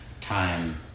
time